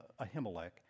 Ahimelech